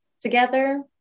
together